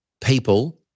people